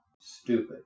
stupid